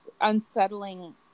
unsettling